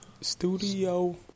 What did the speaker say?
Studio